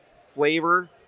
flavor